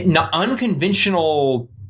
unconventional